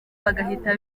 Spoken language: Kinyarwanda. bagahita